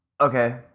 Okay